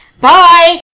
Bye